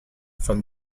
from